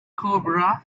cobra